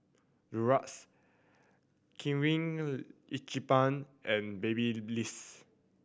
Durex Kirin Ichiban and Babyliss